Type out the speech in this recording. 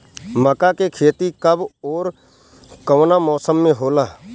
मका के खेती कब ओर कवना मौसम में होला?